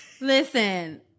listen